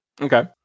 Okay